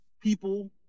people